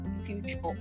future